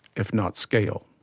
if not scale.